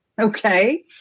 Okay